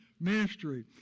ministry